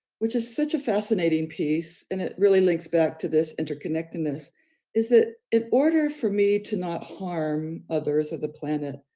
which is such a fascinating piece, and it really links back to this interconnectedness is that in order for me to not harm others of the planet,